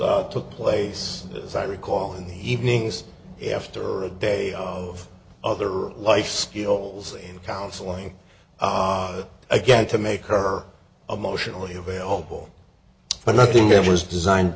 stuff took place as i recall in the evenings after a day of other life skills counseling odd again to make her emotionally available but nothing ever was designed